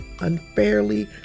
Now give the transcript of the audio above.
unfairly